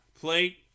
plate